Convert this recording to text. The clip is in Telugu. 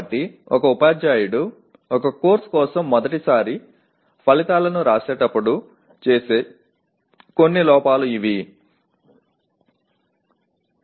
కాబట్టి ఒక ఉపాధ్యాయుడు ఒక కోర్సు కోసం మొదటిసారి ఫలితాలను వ్రాసేటప్పుడు చేసే కొన్ని లోపాలు ఇవి